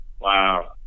Wow